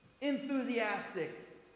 enthusiastic